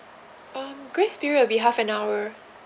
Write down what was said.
um grace period will be half an hour